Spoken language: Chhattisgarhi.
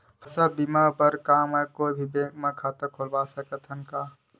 फसल बीमा बर का मैं कोई भी बैंक म खाता खोलवा सकथन का?